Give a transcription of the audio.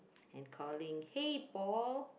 and calling hey Paul